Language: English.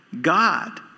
God